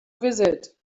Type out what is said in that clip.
visit